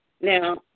Now